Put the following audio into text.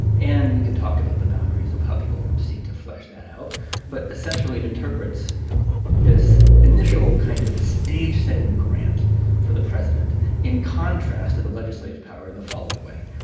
and we could talk about the boundaries of how people seek to flesh that out but essentially it interprets this initial kind of stage setting grant for the president in contrast to the legislative power in the following way.